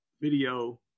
video